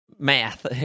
Math